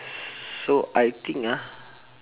so I think ah